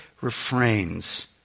refrains